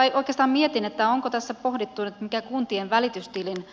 mutta oikeastaan mietin onko tässä pohdittu nyt mikä kuntien välitystilin